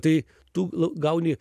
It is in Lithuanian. tai tu gauni